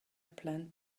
plan